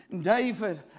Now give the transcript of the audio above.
David